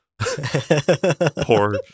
Poor